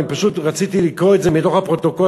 אני פשוט רציתי לקרוא את זה מתוך הפרוטוקול,